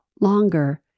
longer